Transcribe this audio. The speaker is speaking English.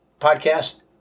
podcast